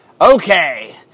Okay